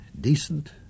decent